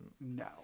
No